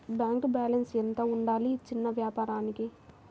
Bank balance ఎంత ఉండాలి చిన్న వ్యాపారానికి?